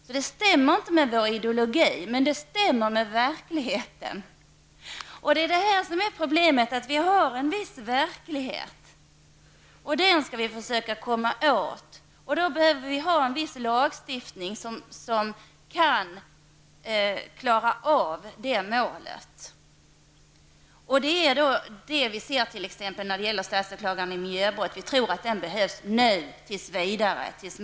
Det hela stämmer alltså inte med vår ideologi, men det stämmer med verkligheten. Problemet är att verkligheten är sådan den är och det måste vi försöka göra någonting åt. Då behövs det en lagstiftning som kan användas för att nå detta mål. Vi tror att det behövs en statsåklagare i miljöbrott till dess mer erfarenheter kan nås.